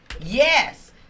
Yes